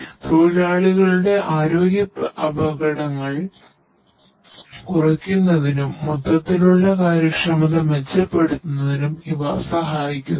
ഈ പ്രത്യേക പ്രഭാഷണത്തിൽ ഞാൻ ലിസ്റ്റ് ചെയ്ത പോയിന്റുകളെക്കുറിച്ച് ചിന്തിക്കുക